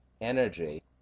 energy